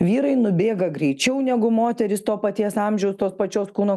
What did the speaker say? vyrai nubėga greičiau negu moterys to paties amžiaus tos pačios kūno